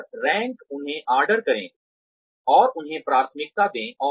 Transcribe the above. और रैंक उन्हें ऑर्डर करें और उन्हें प्राथमिकता दें